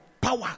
power